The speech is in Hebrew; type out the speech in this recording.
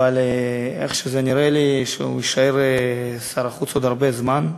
אבל נראה לי שהוא יישאר שר החוץ עוד הרבה זמן,